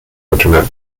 internet